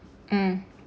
hmm